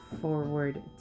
forward